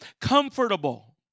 comfortable